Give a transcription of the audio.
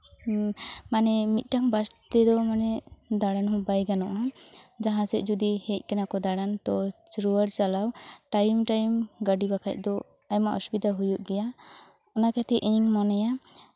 ᱢᱟᱱᱮ ᱢᱤᱫᱴᱟᱱ ᱵᱟᱥ ᱛᱮᱫᱚ ᱢᱟᱱᱮ ᱫᱟᱬᱟᱱ ᱦᱚᱸ ᱵᱟᱭ ᱜᱟᱱᱚᱜᱼᱟ ᱡᱟᱦᱟᱸ ᱥᱮᱫ ᱡᱩᱫᱤ ᱦᱮᱡ ᱠᱟᱱᱟᱠᱚ ᱫᱟᱬᱟᱱ ᱛᱚ ᱨᱩᱣᱟᱹᱲ ᱪᱟᱞᱟᱣ ᱴᱟᱭᱤᱢ ᱴᱟᱭᱤᱢ ᱜᱟᱹᱰᱤ ᱵᱟᱠᱷᱟᱱ ᱫᱚ ᱟᱭᱢᱟ ᱚᱥᱩᱵᱤᱫᱷᱟ ᱦᱩᱭᱩᱜ ᱜᱮᱭᱟ ᱚᱱᱟ ᱠᱷᱟᱹᱛᱤᱨ ᱤᱧ ᱢᱚᱱᱮᱭᱟ